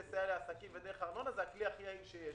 ארנונה לסייע לעסקים הוא הכלי הכי יעיל שיש,